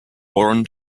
warren